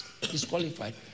disqualified